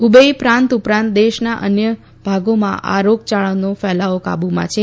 Hebei પ્રાંત ઉપરાંત દેશના અન્ય ભાગોમાં આ રોગયાળાનો ફેલાવો કાબુમાં છે